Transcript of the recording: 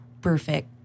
perfect